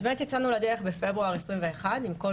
אז באמת יצאנו לדרך בפברואר 2021 עם קול